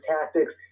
tactics